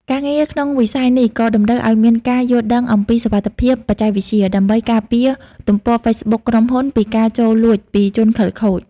ការងារក្នុងវិស័យនេះក៏តម្រូវឱ្យមានការយល់ដឹងអំពីសុវត្ថិភាពបច្ចេកវិទ្យា ដើម្បីការពារទំព័រហ្វេសប៊ុកក្រុមហ៊ុនពីការលួចចូលពីជនខិលខូច។